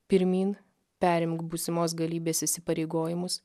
pirmyn perimk būsimos galybės įsipareigojimus